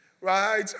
right